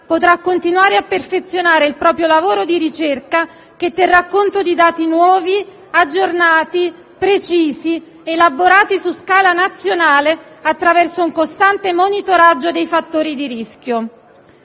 potrà continuare a perfezionare il proprio lavoro di ricerca, che terrà conto di dati nuovi, aggiornati, precisi ed elaborati su scala nazionale, attraverso un costante monitoraggio dei fattori di rischio.